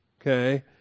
okay